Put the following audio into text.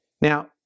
Now